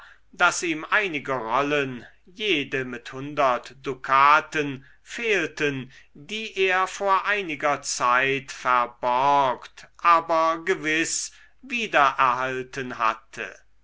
daß ihm einige rollen jede mit hundert dukaten fehlten die er vor einiger zeit verborgt aber gewiß wiedererhalten hatte